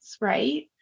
right